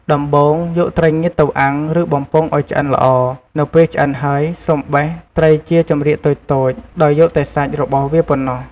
ដំបូង យកត្រីងៀតទៅអាំង ឬបំពងឲ្យឆ្អិនល្អ នៅពេលឆ្អិនហើយ សូមបេះត្រីជាចម្រៀកតូចៗ ដោយយកតែសាច់របស់វាប៉ុណ្ណោះ។